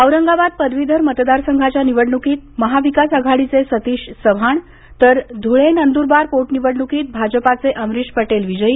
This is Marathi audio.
औरंगाबाद पदवीधर मतदारसंघाच्या निवडणुकीत महाविकास आघाडीचे सतीश चव्हाण तर ध्रळे नंद्रबार पोटनिवडणुकीत भाजपाचे अमरिश पटेल विजयी